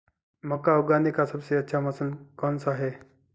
मक्का उगाने का सबसे अच्छा मौसम कौनसा है?